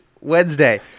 Wednesday